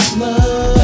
love